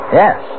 yes